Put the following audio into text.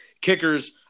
kickers